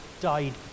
died